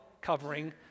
covering